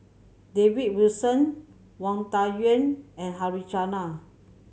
David Wilson Wang Dayuan and